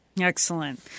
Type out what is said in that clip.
Excellent